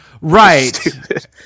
Right